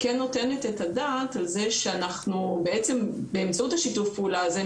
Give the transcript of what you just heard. כן נותנת את הדעת על זה שאנחנו בעצם באמצעות השיתוף פעולה הזה,